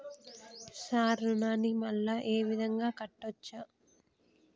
Sir రుణాన్ని మళ్ళా ఈ విధంగా కట్టచ్చా?